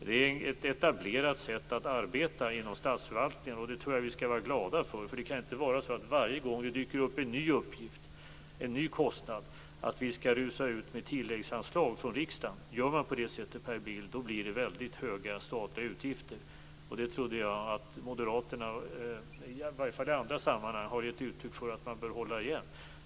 Det är ett etablerat sätt att arbeta inom statsförvaltningen, och det tror jag att vi skall vara glada för. Det kan inte vara så att vi skall rusa ut med tilläggsanslag från riksdagen varje gång det dyker upp en ny uppgift och en ny kostnad. Gör man på det sättet, Per Bill, blir det väldigt höga statliga utgifter. Dessa trodde jag att Moderaterna, i varje fall i andra sammanhang, har gett uttryck för att man bör hålla igen.